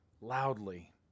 loudly